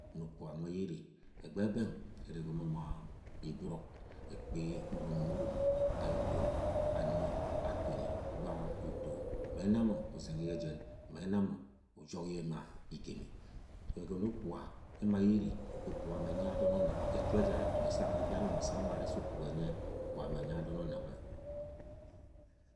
No okpuga nwẹ yẹ ene ẹgbẹ bẹng ẹnẹ ẹgọmọ ma iguruk ẹkpi unono ma uromo gu yẹ odo adọnọ atoni gwa uto mẹ ẹna mọ uzẹngi yẹ jẹn ma ẹna mọ ujuk yẹ ma igemi ẹgọnọ okpugu ẹma yẹ erẹ, okpuga mẹ ẹnyẹ adọn ạnnẹ ga ẹtu ẹjara ẹtu asang yẹ anug asang mọ arẹ sẹ okpuga ẹnyẹ okpuga me ẹnyẹ adọn ọnnẹ nwẹ.